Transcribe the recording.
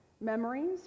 memories